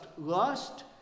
lust